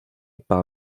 par